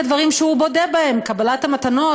רק הדברים שהוא מודה בהם קבלת המתנות